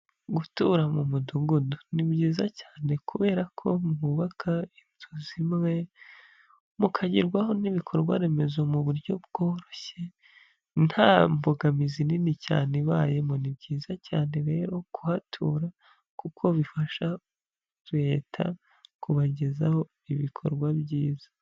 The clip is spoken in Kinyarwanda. Gutura mu mudugudu ni byiza cyane kubera ko mwubaka inzu zimwe mukagerwaho n'ibikorwa remezo mu buryo bworoshye nta mbogamizi nini cyane ibayemo ni byiza cyane rero kuhatura kuko bifasha leta kubagezaho ibikorwa byiza.